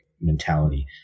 mentality